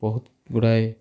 ବହୁତ ଗୁଡ଼ାଏ